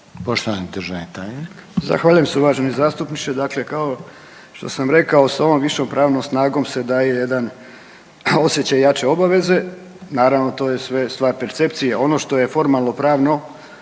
**Horvat, Mile (SDSS)** Zahvaljujem se uvaženi zastupniče, dakle kao što sam rekao s ovom višom pravnom snagom se daje jedan osjećaj jače obaveze. Naravno to je sve stvar percepcije. Ono što je formalno pravno